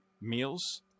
meals